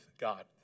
God